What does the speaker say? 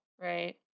right